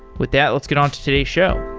with that, let's get on to today's show.